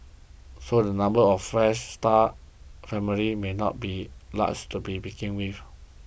so the number of Fresh Start families may not be large to be begin with